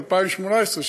ב-2018,